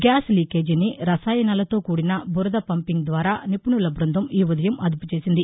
gas లీకేజీని రసాయనాలతో కూడిన బురద పంపింగ్ ద్వారా నిపుణుల బృందం ఈ ఉదయం అదుపు చేసింది